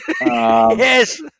Yes